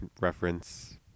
reference